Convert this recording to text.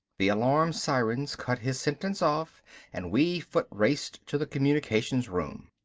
the alarm sirens cut his sentence off and we foot-raced to the communications room.